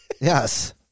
Yes